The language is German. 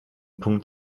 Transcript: punkt